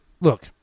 look